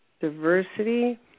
Diversity